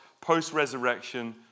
post-resurrection